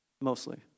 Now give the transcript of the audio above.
Mostly